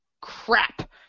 Crap